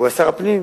הוא היה שר הפנים,